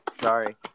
Sorry